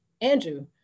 Andrew